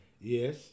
Yes